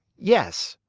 yes.